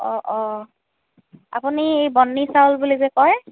অঁ অঁ আপুনি বৰ্নি চাউল বুলি যে কয়